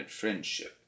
friendship